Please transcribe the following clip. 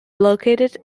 located